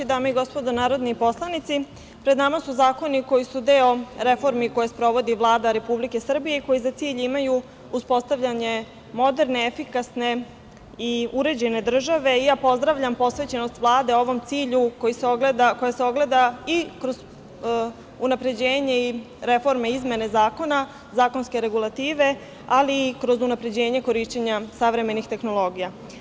Dame i gospodo narodni poslanici, pred nama su zakoni koji su deo reformi koje sprovodi Vlada Republike Srbije i koje za cilj imaju uspostavljanje moderne, efikasne i uređene države i ja pozdravljam posvećenost Vlade ovom cilju koji se ogleda i kroz unapređenje i reforme izmene zakona, zakonske regulative, ali i kroz unapređenje korišćenja savremenih tehnologija.